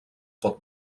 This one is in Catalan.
pot